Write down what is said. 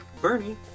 Bernie